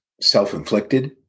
self-inflicted